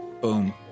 boom